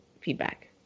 feedback